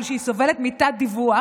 אבל שהיא סובלת מתת-דיווח,